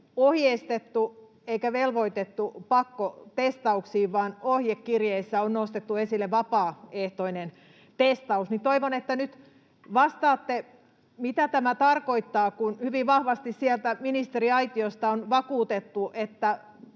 ohjeistettu eikä velvoitettu pakkotestauksiin, vaan ohjekirjeissä on nostettu esille vapaaehtoinen testaus. Toivon, että nyt vastaatte, mitä tämä tarkoittaa, kun hyvin vahvasti sieltä ministeriaitiosta on vakuutettu, että